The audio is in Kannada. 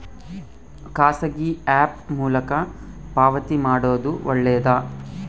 ಖಾಸಗಿ ಆ್ಯಪ್ ಮೂಲಕ ಪಾವತಿ ಮಾಡೋದು ಒಳ್ಳೆದಾ?